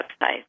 website